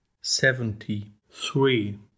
seventy-three